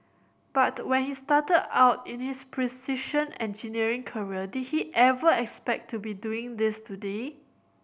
but when he started out in his precision engineering career did he ever expect to be doing this today